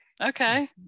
Okay